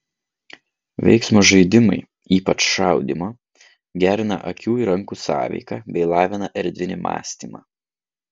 veiksmo žaidimai ypač šaudymo gerina akių ir rankų sąveiką bei lavina erdvinį mąstymą